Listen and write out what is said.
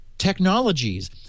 technologies